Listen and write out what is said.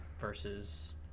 versus